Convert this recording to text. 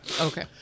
Okay